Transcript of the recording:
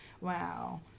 Wow